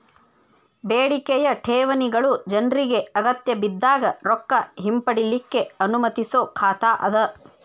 ಬೇಡಿಕೆಯ ಠೇವಣಿಗಳು ಜನ್ರಿಗೆ ಅಗತ್ಯಬಿದ್ದಾಗ್ ರೊಕ್ಕ ಹಿಂಪಡಿಲಿಕ್ಕೆ ಅನುಮತಿಸೊ ಖಾತಾ ಅದ